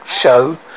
show